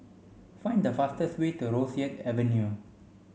find the fastest way to Rosyth Avenue